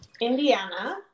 Indiana